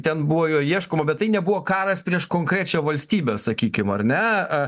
ten buvo jo ieškoma bet tai nebuvo karas prieš konkrečią valstybę sakykim ar ne